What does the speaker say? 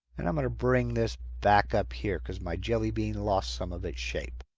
and i'm going to bring this back up here, because my jelly bean lost some of its shape.